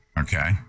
okay